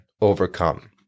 overcome